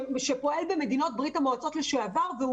שפועל במדינות ברית המועצות לשעבר.